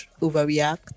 overreact